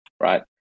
right